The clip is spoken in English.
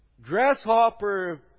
Grasshopper